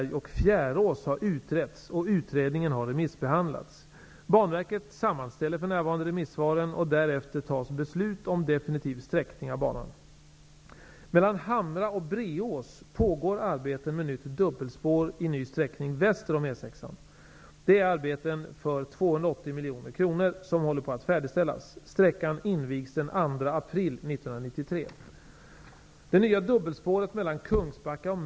Fjärås har utretts och utredningen har remissbehandlats. Banverket sammanställer för närvarande remissvaren och därefter tas beslut om definitiv sträckning av banan. Mellan Hamra och Breås pågår arbeten med nytt dubbelspår i ny sträckning väster om E6-an. Det är arbeten för 280 miljoner kronor som håller på att färdigställas. Sträckan invigs den 2 april 1993.